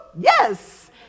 Yes